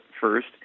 first